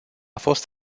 fost